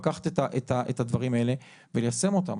לקחת את הדברים האלה וליישם אותם.